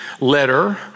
letter